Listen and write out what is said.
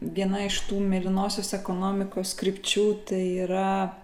viena iš tų mėlynosios ekonomikos krypčių tai yra